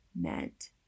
meant